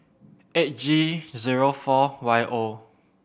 eight G zero four Y O